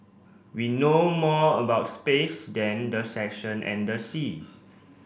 we know more about space than the section and the seas